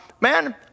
Man